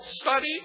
study